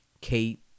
Kate